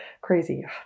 crazy